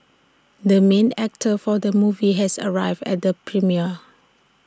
the main actor for the movie has arrived at the premiere